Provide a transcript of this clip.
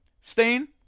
Stain